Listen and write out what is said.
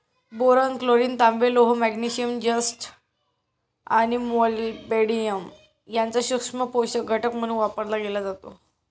boron, chlorine, तांबे, लोह, magnesium, जस्त आणि मॉलिब्डेनम यांचा सूक्ष्म पोषक घटक म्हणून वापर केला जातो